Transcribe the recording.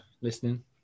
listening